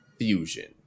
fusion